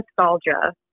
nostalgia